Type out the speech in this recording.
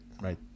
right